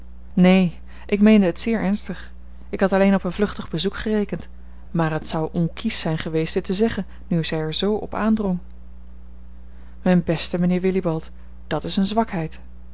neen ik meende het zeer ernstig ik had alleen op een vluchtig bezoek gerekend maar het zou onkiesch zijn geweest dit te zeggen nu zij er z op aandrong mijn beste mijnheer willibald dat is eene zwakheid